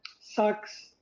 sucks